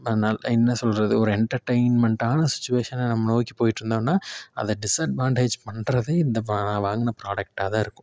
என்ன சொல்கிறது ஒரு எண்டர்டைன்மெண்ட்டான சுச்வேஷனை நம்ம நோக்கி போயிட்டிருந்தோம்ன்னா அதை டிஸ்அட்வாண்டேஜ் பண்றது இந்த வா வாங்கின ஃப்ராடக்ட்டாக தான் இருக்கும்